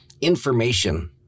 information